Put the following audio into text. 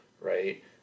right